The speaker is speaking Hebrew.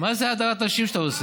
כי הרבה זמן מחכים לה.